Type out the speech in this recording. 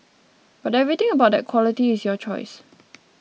but everything about that quality is your choice